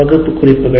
வகுப்பு குறிப்புகள்